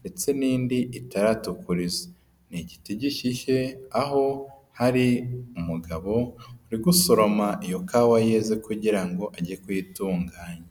ndetse n'indi itaratukuriza. Ni igiti gishyishye aho hari umugabo uri gusoroma iyo kawa yeze kugira ngo age kuyitunganya.